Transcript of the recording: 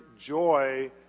joy